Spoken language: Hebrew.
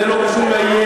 לא הייתם